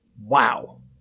Wow